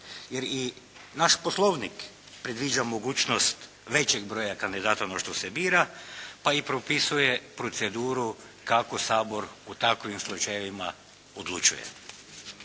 jer i naš Poslovnik predviđa mogućnost većeg broja kandidata no što se bira a i propisuje proceduru kako Sabor u takvim slučajevima odlučuje.